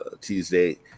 Tuesday